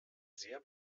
sehr